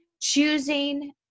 choosing